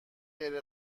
غیر